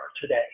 today